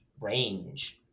range